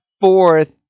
fourth